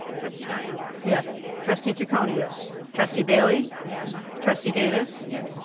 trustee deininger? yes. trustee ciccone? yes. trustee bailey? yes. trustee davis yes.